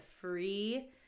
free